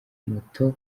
moto